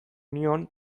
nion